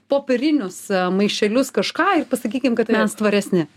popierinius maišelius kažką ir pasakykim kad mes tvaresni